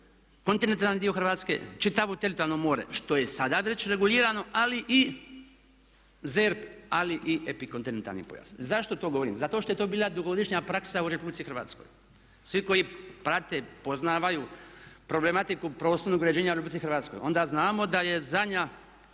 kontinentalni dio Hrvatske, čitavo teritorijalno more, što je sada već regulirano ali i ZERP, ali i epikontinentalni pojas. Zašto to govorim? Zato što je to bila dugogodišnja praksa u RH. Svi koji prate, poznaju problematiku prostornog uređenja u RH, onda znamo da je zadnja